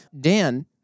Dan